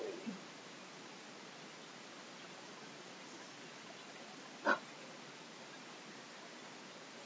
!huh!